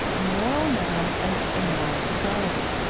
moral man and immoral society.